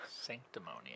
Sanctimonious